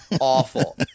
awful